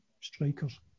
strikers